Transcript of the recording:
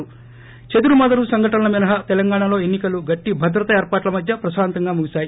ి చెదురు మదురు సంఘటనల మినహా తెలంగాణలో ఎన్నికలు గట్లి భద్రతాని ఏర్పాట్ల మధ్య ప్రశాంతంగా ముగిసాయి